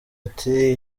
ati